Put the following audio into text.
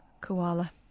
Koala